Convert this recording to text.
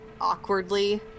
awkwardly